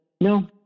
no